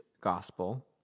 gospel